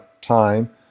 time